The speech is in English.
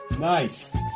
Nice